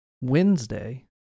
Wednesday